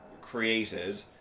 created